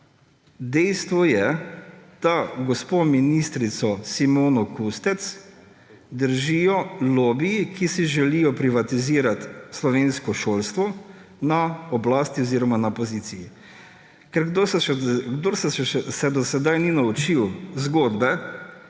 Dejstvo je, da gospo ministrico Simono Kustec držijo lobiji, ki si želijo privatizirati slovensko šolstvo na oblasti oziroma na poziciji, ker kdor se še do sedaj ni naučil zgodbe,